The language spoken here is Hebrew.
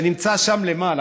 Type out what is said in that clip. שנמצא שם למעלה,